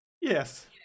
Yes